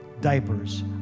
diapers